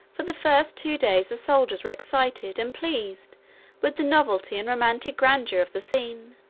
for the first two days the soldiers were excited and pleased with the novelty and romantic grandeur of the scene.